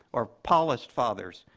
or paulist fathers,